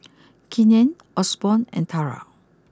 Keenen Osborne and Tara